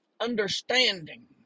understanding